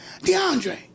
DeAndre